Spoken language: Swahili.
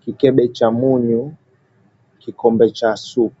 kikebe cha munyu, kikombe cha supu.